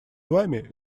вами